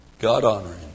God-honoring